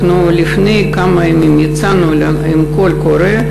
לפני כמה ימים יצאנו בקול קורא,